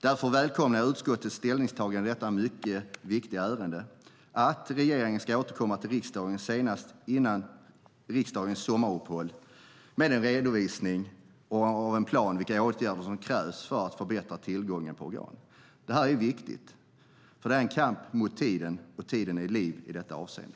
Därför välkomnar jag utskottets ställningstagande i detta mycket viktiga ärende att regeringen ska återkomma till riksdagen senast före riksdagens sommaruppehåll med en redovisning av en plan för vilka åtgärder som krävs för att förbättra tillgången på organ. Det här är viktigt. Det är en kamp mot tiden, och tiden är liv i detta avseende.